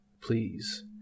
please